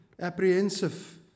apprehensive